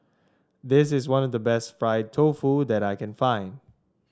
this is one of best Fried Tofu that I can find